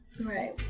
Right